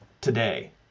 today